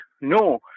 no